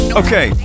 okay